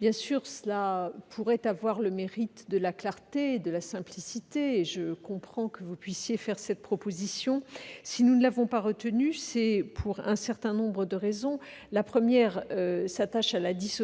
Bien sûr, cela pourrait avoir le mérite de la clarté, de la simplicité et je comprends que vous puissiez faire cette proposition. Si nous ne l'avons pas retenue, c'est pour un certain nombre de raisons. La première s'attache à la dissociation